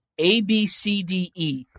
ABCDE